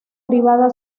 privada